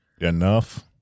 enough